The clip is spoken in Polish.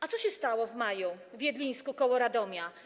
A co się stało w maju w Jedlińsku k. Radomia?